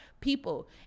people